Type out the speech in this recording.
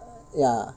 err ya